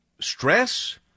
stress